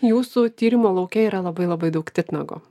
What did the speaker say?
jūsų tyrimų lauke yra labai labai daug titnago